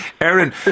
Aaron